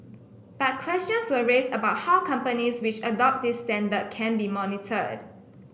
but questions were raised about how companies which adopt this standard can be monitored